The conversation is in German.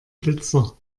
blitzer